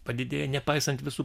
padidėja nepaisant visų